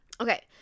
Okay